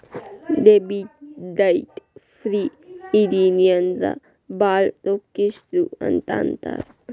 debit ಡೈಟ್ ಫ್ರೇ ಇದಿವಿ ಅಂದ್ರ ಭಾಳ್ ರೊಕ್ಕಿಷ್ಟ್ರು ಅಂತ್ ಅಂತಾರ